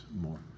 more